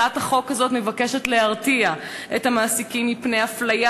הצעת החוק הזו מבקשת להרתיע את המעסיקים מפני אפליה